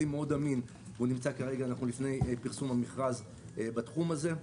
כלי מאוד אמין וכרגע אנחנו לפני פרסום המכרז בתחום הזה.